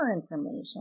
information